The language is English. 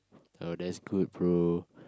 oh that's good bro